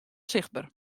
sichtber